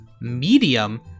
Medium